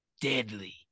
deadly